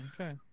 Okay